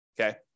okay